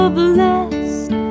blessed